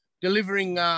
delivering